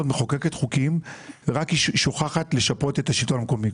מחוקקת חוקים אבל שוכחת לשפות את השלטון המקומי.